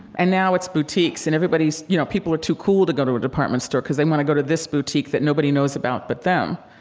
and now it's boutiques, and everybody's, you know, people are too cool to go to a department store, cause they want to go to this boutique that nobody knows about but them.